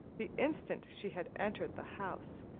the instant she had entered the house,